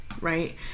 right